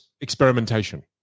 experimentation